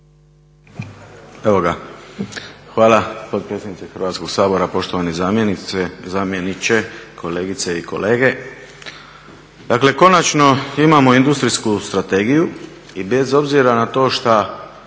(HNS)** Hvala potpredsjednice Hrvatskog sabora. Poštovani zamjeniče, kolegice i kolege. Dakle, konačno imamo industrijsku strategiju i bez obzira na to što,